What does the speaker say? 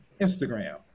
Instagram